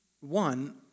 One